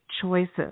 choices